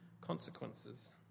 consequences